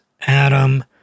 Adam